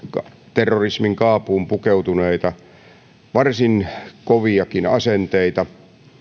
terrorismin kaapuun pukeutuneita varsin koviakin asenteita